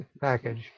package